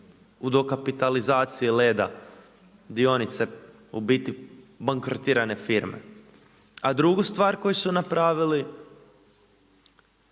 u dokapitalizaciji Leda, dionice, u biti bankrotirane firme. A drugu stvar koju su napravili,